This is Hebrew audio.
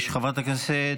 לא, הינה,